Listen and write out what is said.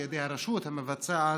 בידי הרשות המבצעת,